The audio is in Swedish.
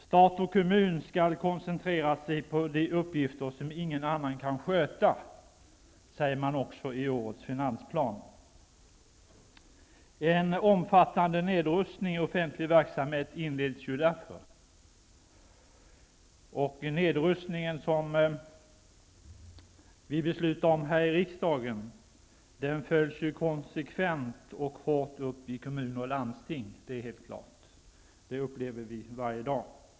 Stat och kommun skall koncentrera sig på de uppgifter som ingen annan kan sköta, säger man också i årets finansplan. En omfattande nedrustning i offentlig verksamhet inleds därför. Nedrustningen som vi beslutade om här i riksdagen följs upp konsekvent och hårt i kommuner och landsting. Det upplever vi varje dag.